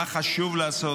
מה חשוב לעשות.